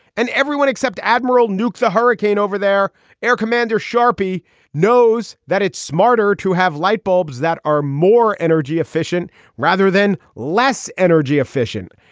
and everyone except admiral nukes a hurricane over there air commander sharpie knows that it's smarter to have light bulbs that are more energy efficient rather than less energy efficient.